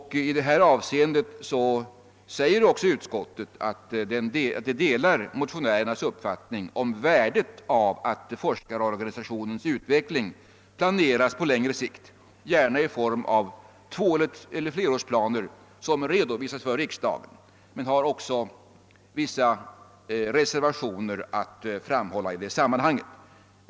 Ut skottet delar också motionärernas uppfattning om värdet av att forskarorganisationens utveckling planeras på längre sikt, gärna i form av tvåeller flerårsplaner som redovisas för riksdagen. Utskottet gör emellertid vissa reservationer i sammanhanget.